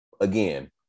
Again